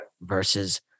Versus